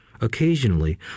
occasionally